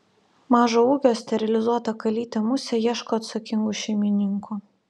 mažo ūgio sterilizuota kalytė musė ieško atsakingų šeimininkų